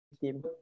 team